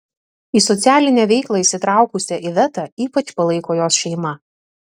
į socialinę veiklą įsitraukusią ivetą ypač palaiko jos šeima